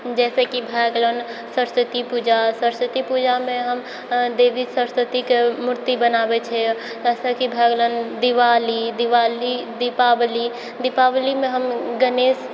जैसे कि भऽ गेलनि सरस्वती पूजा सरस्वती पूजामे हम देवी सरस्वतीके मूर्ति बनाबै छियै जैसे कि भऽ गेलनि दिवाली दिवाली दीपावली दीपावलीमे हम गणेश